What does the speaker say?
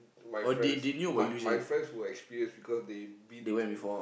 my friends my my friends were experienced because they been to